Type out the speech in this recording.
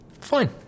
Fine